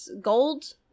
gold